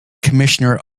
commissioner